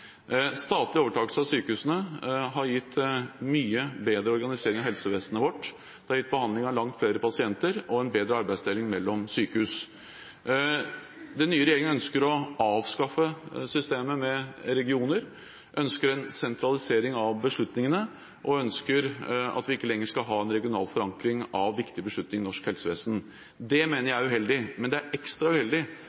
Statlig overtakelse av sykehusene har gitt mye bedre organisering av helsevesenet vårt. Det har gitt behandling av langt flere pasienter og en bedre arbeidsdeling mellom sykehus. Den nye regjeringen ønsker å avskaffe systemet med regioner, de ønsker en sentralisering av beslutningene og at vi ikke lenger skal ha en regional forankring av viktige beslutninger i norsk helsevesen. Det mener